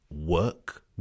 work